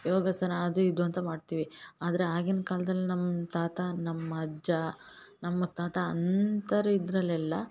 ಯೋಗಾಸನ ಅದು ಇದು ಅಂತ ಮಾಡ್ತೀವಿ ಆದರೆ ಆಗಿನ ಕಾಲ್ದಲ್ಲಿ ನಮ್ಮ ತಾತ ನಮ್ಮ ಅಜ್ಜ ನಮ್ಮ ಮುತ್ತಾತ ಅಂಥವ್ರು ಇದರಲ್ಲೆಲ್ಲ